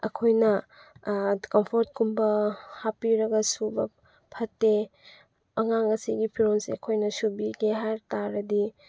ꯑꯩꯈꯣꯏꯅ ꯀꯝꯄꯣꯔꯠꯀꯨꯝꯕ ꯍꯥꯞꯄꯤꯔꯒ ꯁꯨꯕ ꯐꯠꯇꯦ ꯑꯉꯥꯡ ꯑꯁꯤꯒꯤ ꯐꯤꯔꯣꯜꯁꯦ ꯑꯩꯈꯣꯏ ꯁꯨꯕꯤꯒꯦ ꯍꯥꯏꯕ ꯇꯥꯔꯗꯤ